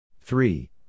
three